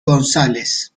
gonzález